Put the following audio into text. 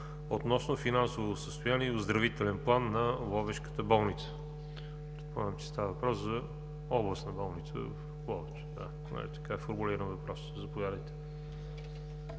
относно финансовото състояние и оздравителен план на Ловешката болница.